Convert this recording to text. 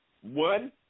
one